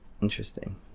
Interesting